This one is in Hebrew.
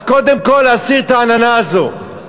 אז קודם כול, להסיר את העננה הזו: